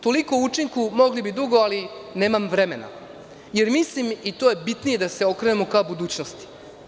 Toliko o učinku, mogli bi dugo ali nemam vremena, jer mislim i to je bitni je da se okrenemo ka budućnosti.